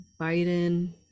Biden